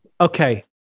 Okay